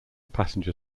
passenger